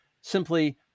simply